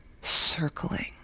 circling